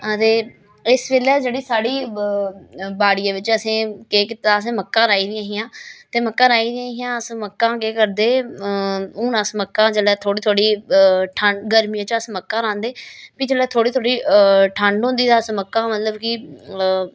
ते इस बेल्लै जेह्ड़ी साढ़ी बाड़ियें बिच्च असें केह् कीता दा असें मक्कां राह्ई दियां ही ते मक्कां राह्ई दियां हियां अस मक्कां केह् करदे हून अस मक्कां जेल्लै थोह्ड़ी थोह्ड़ी ठंड गर्मियें च अस मक्कां रांह्दे फ्ही जेल्लै थोह्ड़ी थोह्ड़ी ठंड होंदी ते अस मक्कां मतलब कि